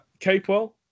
Capewell